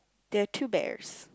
there're two bears